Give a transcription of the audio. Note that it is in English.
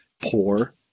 poor